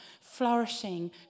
flourishing